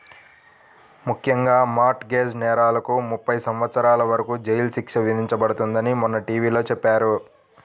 ముఖ్యంగా mortgage నేరాలకు ముప్పై సంవత్సరాల వరకు జైలు శిక్ష విధించబడుతుందని మొన్న టీ.వీ లో చెప్పారు